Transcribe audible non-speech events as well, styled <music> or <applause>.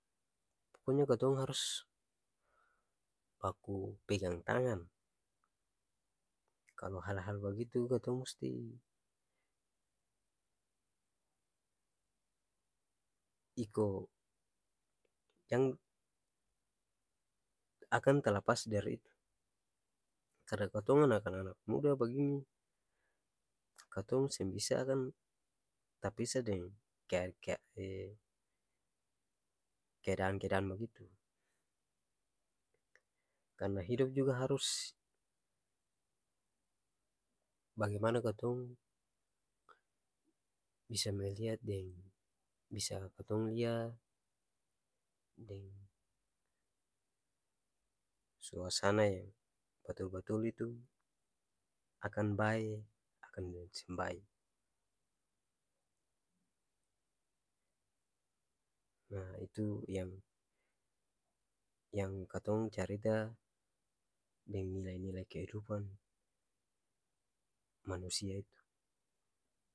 Pokonya katong harus baku pegang tangan, kalu hal-hal bagitu katong musti iko jang akang talapas dari itu karna katong anak-anak muda bagini katong seng bisa akang tapisa deng ke-ke-keadaan-keadaan bagitu, karna hidup juga harus bagaimana katong bisa melihat deng bisa katong lia deng suasana batul-batul itu akang bae akang <unintelligible> buat seng bae nah itu yang yang katong carita deng nilai-nilai kehidupan manusia itu.